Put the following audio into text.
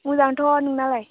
मोजांथ' नोंनालाय